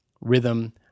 rhythm